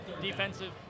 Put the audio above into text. defensive